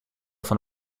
van